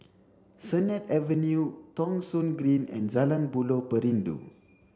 Sennett Avenue Thong Soon Green and Jalan Buloh Perindu